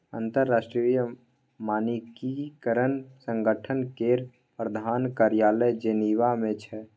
अंतरराष्ट्रीय मानकीकरण संगठन केर प्रधान कार्यालय जेनेवा मे छै